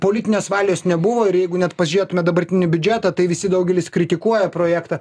politinės valios nebuvo ir jeigu net pažėtume dabartinį biudžetą tai visi daugelis kritikuoja projektą